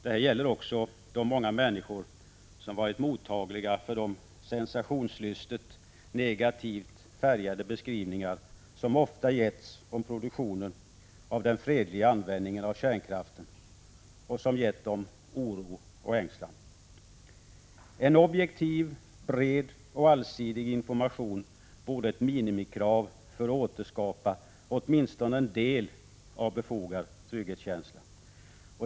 Detta gäller också de många människor som varit mottagliga för de sensationslystet negativt färgade beskrivningar som ofta getts om produktionen av den fredliga användningen av kärnkraften och som gett dem oro och ängslan. En objektiv, bred och allsidig information vore ett minimikrav för att återskapa åtminstone en del av befogad trygghetskänsla.